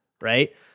Right